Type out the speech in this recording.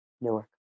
Newark